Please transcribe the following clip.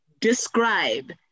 describe